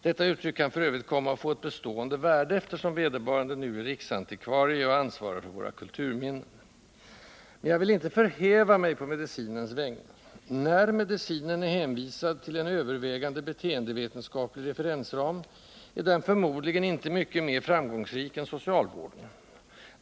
Detta uttryck kan f. ö. komma att få ett bestående värde, eftersom vederbörande nu är riksantikvarie och ansvarar för våra kulturminnen. Men jag vill inte förhäva mig på medicinens vägnar: när medicinen är hänvisad till en övervägande beteendevetenskaplig referensram är den förmodligen inte mycket mera framgångsrik än socialvården.